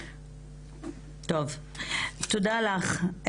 טוב, תודה לך.